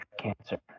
cancer